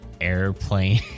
airplane